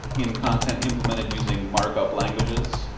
in content implemented using markup languages.